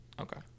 Okay